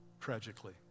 tragically